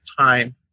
time